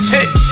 Hey